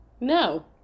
No